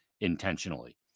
intentionally